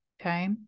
okay